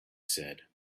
said